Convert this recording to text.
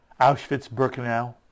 Auschwitz-Birkenau